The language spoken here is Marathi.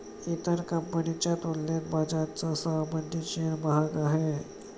इतर कंपनीच्या तुलनेत बजाजचा सामान्य शेअर महाग आहे